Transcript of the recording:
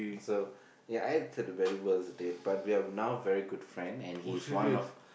so yeah it's a very worst day but we are now very good friend and he's one of